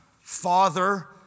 father